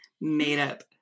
made-up